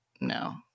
no